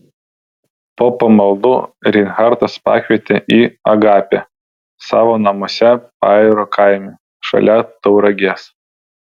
po pamaldų reinhartas pakvietė į agapę savo namuose pajūrio kaime šalia tauragės